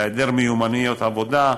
נעדרי מיומנויות עבודה,